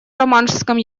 романшском